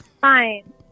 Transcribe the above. Fine